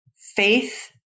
faith